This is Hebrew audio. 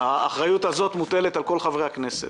האחריות הזאת מוטלת על כל חברי הכנסת.